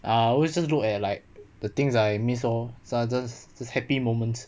I always just look at like the things I missed lor ah just happy moments